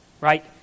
right